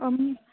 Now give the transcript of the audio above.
ꯃꯤ